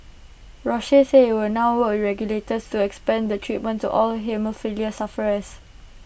Roche said IT would now work regulators to expand the treatment to all haemophilia sufferers